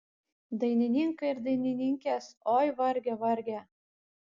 dainininkai ir dainininkės oi varge varge